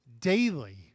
daily